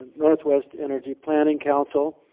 northwest energy planning council.